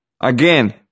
Again